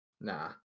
nah